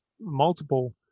multiple